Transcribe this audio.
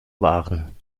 waren